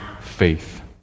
faith